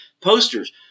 posters